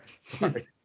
Sorry